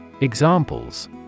Examples